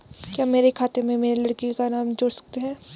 क्या मेरे खाते में मेरे लड़के का नाम जोड़ सकते हैं?